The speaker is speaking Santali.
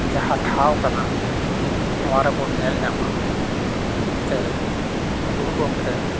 ᱡᱟᱦᱟᱸ ᱴᱷᱟᱶ ᱠᱟᱱᱟ ᱱᱚᱶᱟ ᱨᱮᱵᱚᱱ ᱧᱮᱞ ᱧᱟᱢᱟ ᱡᱮ ᱜᱩᱨᱩ ᱜᱚᱢᱠᱮ